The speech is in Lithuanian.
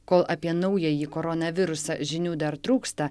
kol apie naująjį koronavirusą žinių dar trūksta